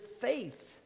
faith